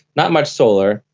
not much solar.